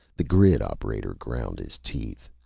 the grid operator ground his teeth.